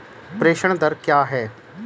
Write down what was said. प्रेषण दर क्या है?